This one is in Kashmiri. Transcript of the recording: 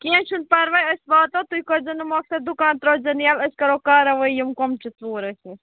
کیٚنٛہہ چھُنہٕ پَراوے أسۍ واتو تُہۍ کٔرۍزیٚو نہٕ مۄختصر دُکان ترٛٲۍزیٚو نہٕ یلہٕ أسۍ کَرو کارَوٲیی یِم کۄم چھِ ژوٗر ٲسۍمِتۍ